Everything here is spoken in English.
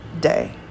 day